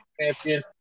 champion